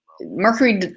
mercury